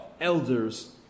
elder's